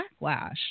backlash